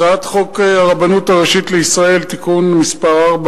הצעת חוק הרבנות הראשית לישראל (תיקון מס' 4)